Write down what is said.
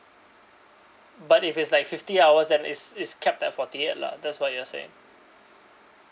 but if it's like fifty hours that it's it's kept at forty eight lah that's what you're saying